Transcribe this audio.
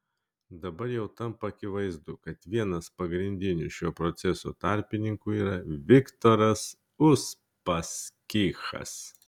dabar jau tampa akivaizdu kad vienas pagrindinių šio proceso tarpininkų yra viktoras uspaskichas